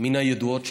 מן הידועות הוא